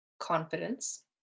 confidence